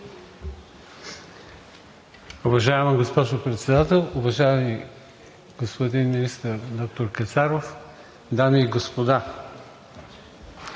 Уважаема госпожо Председател, уважаеми господин министър доктор Кацаров, дами и господа!